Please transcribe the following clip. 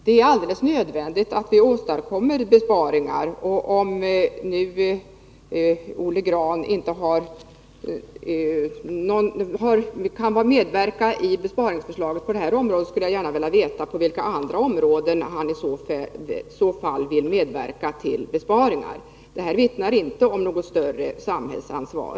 Det är alldeles nödvändigt att vi åstadkommer besparingar, och om nu Olle Grahn inte kan ställa sig bakom besparingsförslaget på detta område, vill jag gärna veta på vilka andra områden han i så fall vill medverka till besparingar. Hans agerande vittnar inte om något större samhällsansvar.